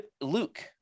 luke